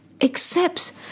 accepts